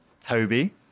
Toby